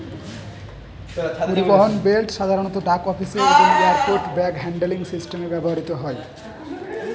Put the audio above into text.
পরিবাহক বেল্ট সাধারণত ডাক অফিসে এবং এয়ারপোর্ট ব্যাগ হ্যান্ডলিং সিস্টেমে ব্যবহৃত হয়